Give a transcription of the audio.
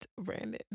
Brandon